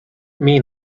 mean